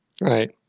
Right